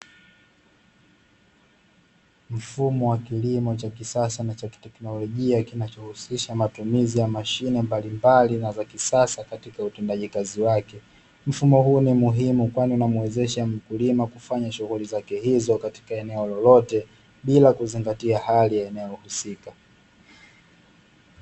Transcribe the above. Mfumo wa kilimo cha kisasa na cha kiteknolojia kinacho husisha matumizi ya mashine mbalimbali na zakisasa katika utekelezaji wake, mfumo huu ni muhimu kwani unamuwezesha mkulima kufanya shughuli zake hizo katika eneo lolote, bila kuzingatia hali ya eneo husika.